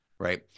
Right